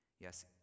yes